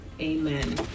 Amen